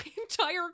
entire